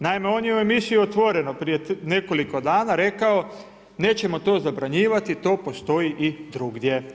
Naime on je u emisiji Otvoreno prije nekoliko dana rekao nećemo to zabranjivati, to postoji i drugdje.